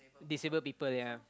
disabled people yea